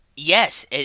Yes